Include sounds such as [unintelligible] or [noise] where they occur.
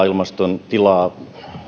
[unintelligible] ilmaston tilaa